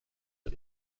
are